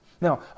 Now